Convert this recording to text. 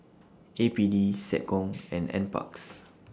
A P D Seccom and NParks